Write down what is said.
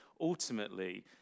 ultimately